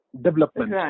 development